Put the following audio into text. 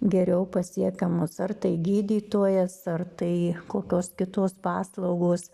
geriau pasiekiamas ar tai gydytojas ar tai kokios kitos paslaugos